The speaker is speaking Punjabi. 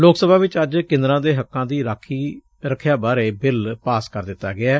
ਲੋਕ ਸਭਾ ਵਿਚ ਅੱਜ ਕਿੰਨਰਾਂ ਦੇ ਹੱਕਾਂ ਦੀ ਰਖਿਆ ਬਾਰੇ ਬਿੱਲ ਪਾਸ ਹੋ ਗਿਐ